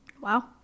Wow